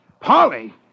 Polly